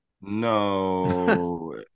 No